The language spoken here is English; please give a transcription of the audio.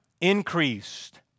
increased